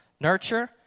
nurture